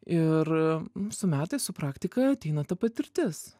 ir nu su metais su praktika ateina ta patirtis